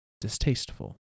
distasteful